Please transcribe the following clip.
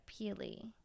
peely